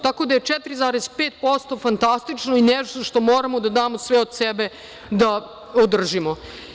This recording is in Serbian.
Tako da je 4,5% fantastično i nešto što moramo da damo sve od sebe da održimo.